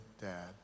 dad